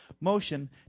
motion